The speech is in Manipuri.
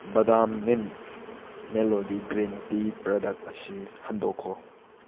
ꯕꯗꯥꯝ ꯃꯤꯟ ꯃꯦꯂꯣꯗꯤ ꯒ꯭ꯔꯤꯟ ꯇꯤ ꯄ꯭ꯔꯗꯛ ꯑꯁꯤ ꯍꯟꯗꯣꯛꯈꯣ